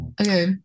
Okay